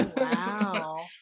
Wow